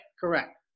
correct